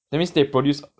that means they produce